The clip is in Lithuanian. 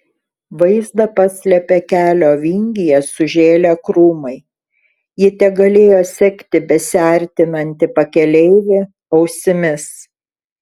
vaizdą paslėpė kelio vingyje sužėlę krūmai ji tegalėjo sekti besiartinantį pakeleivį ausimis